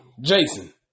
Jason